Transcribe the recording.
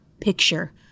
picture